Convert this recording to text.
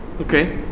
Okay